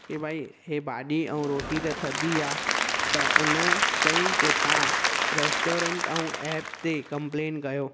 की भई हीअ भाॼी ऐं रोटी त थदी आहे त उन चयईं की तव्हां रेस्टोरेंट ऐं एप ते कम्प्लेंट कयो